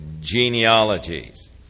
genealogies